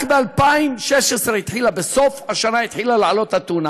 רק ב-2016, בסוף השנה התחילה לעלות, הטונה.